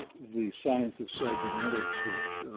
the science of cybernetics, which,